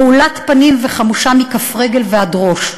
רעולת פנים וחמושה מכף רגל ועד ראש.